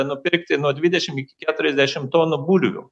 nupirkti nuo dvidešimt iki keturiasdešimt tonų bulvių